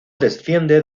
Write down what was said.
desciende